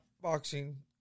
boxing